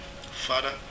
Father